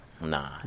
Nah